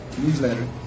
newsletter